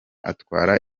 atwara